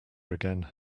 again